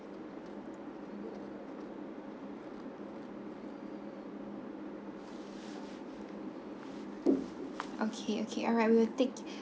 okay okay alright we will take